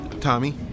Tommy